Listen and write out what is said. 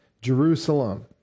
Jerusalem